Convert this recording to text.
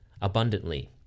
abundantly